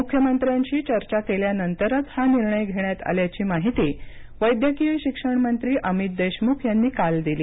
मुख्यमंत्र्यांशी चर्चा केल्यानंतरच हा निर्णय घेण्यात आल्याची माहिती वैद्यकीय शिक्षण मंत्री अमित देशमुख यांनी काल दिली